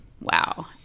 wow